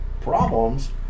problems